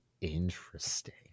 interesting